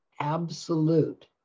absolute